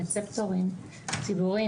רצפטורים ציבוריים,